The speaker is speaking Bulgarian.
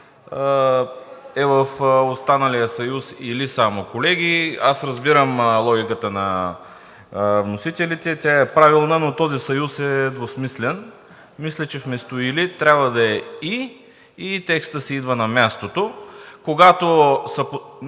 е в останалия съюз „или само“. Колеги, разбирам логиката на вносителите. Тя е правилна, но този съюз е двусмислен. Мисля, че вместо „или“ трябва да е „и“ и текстът си идва на мястото. Когато